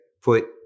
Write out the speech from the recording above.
put